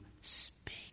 speak